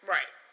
Right